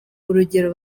urugero